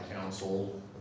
council